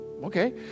Okay